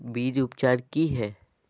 बीज उपचार कि हैय?